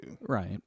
Right